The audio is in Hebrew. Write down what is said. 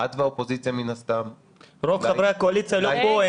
את והאופוזיציה מן הסתם --- רוב חברי הקואליציה לא פה,